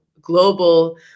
global